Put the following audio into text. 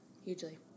hugely